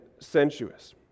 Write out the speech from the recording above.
sensuous